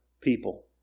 people